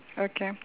okay